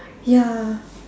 ya